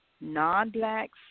non-blacks